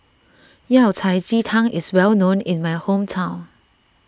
Yao Cai Ji Tang is well known in my hometown